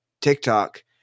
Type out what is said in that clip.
TikTok